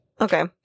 Okay